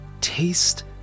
taste